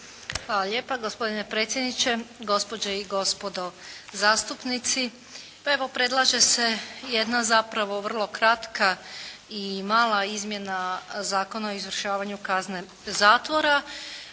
Hvala lijepa. Gospodine predsjedniče, gospođe i gospodo zastupnici pa evo predlaže se jedna zapravo vrlo kratka i mala izmjena Zakona o izvršavanju kazne zatvora.